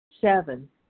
seven